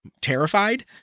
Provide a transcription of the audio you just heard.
terrified